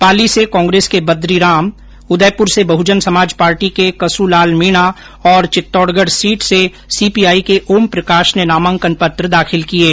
पाली से कांग्रेस के बद्रीराम उदयपुर से बहुजन समाज पार्टी के कस लाल मीणा और चित्तौडगढ सीट से सीपीआई के ओमप्रकाष ने नामांकन पत्र दाखिल किये